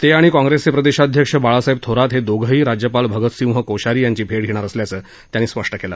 ते आणि काँग्रेसचे प्रदेशाध्यक्ष बाळासाहेब थोरात हे दोघंही राज्यपाल भगतसिंह कोश्यारी यांची भे घेणार असल्याचं त्यांनी सांगितलं